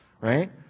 right